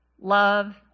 love